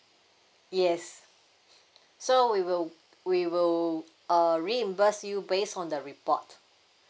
yes so we will we will uh reimburse you based on the report